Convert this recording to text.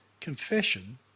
confession